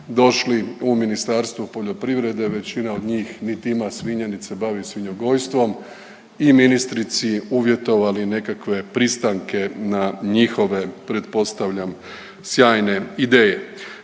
došli u Ministarstvo poljoprivrede. Većina od njih niti ima svinje, niti se bavi svinjogojstvom i ministrici uvjetovali nekakve pristanke na njihove pretpostavljam sjajne ideje.